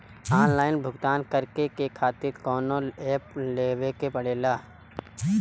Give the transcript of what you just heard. Online भुगतान करके के खातिर कौनो ऐप लेवेके पड़ेला?